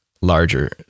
larger